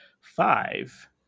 five